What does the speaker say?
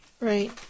Right